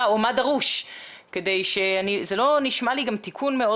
או מה דרוש - זה לא נשמע לי גם תיקון מאוד